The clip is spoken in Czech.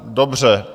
Dobře.